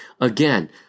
Again